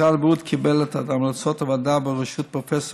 משרד הבריאות קיבל את המלצות הוועדה בראשות פרופ'